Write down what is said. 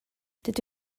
dydw